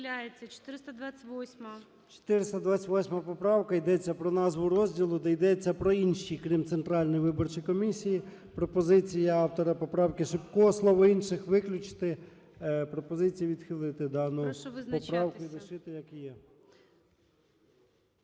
428 поправка, йдеться про назву розділу, де йдеться про інші, крім Центральної виборчої комісії. Пропозиція автора поправки Шипка слово "інших" виключити. Пропозиція відхилити дану поправку.